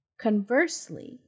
Conversely